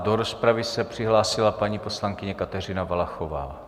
Do rozpravy se přihlásila paní poslankyně Kateřina Valachová.